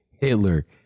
Hitler